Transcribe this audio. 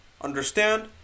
understand